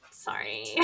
Sorry